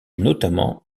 notamment